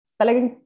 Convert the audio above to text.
talagang